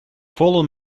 fallen